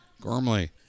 Gormley